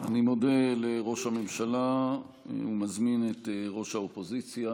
אני מודה לראש הממשלה ומזמין את ראש האופוזיציה